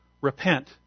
Repent